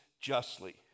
justly